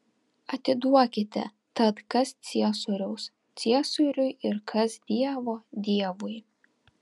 atiduokite tad kas ciesoriaus ciesoriui ir kas dievo dievui